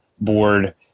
board